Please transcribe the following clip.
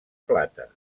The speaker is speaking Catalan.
plata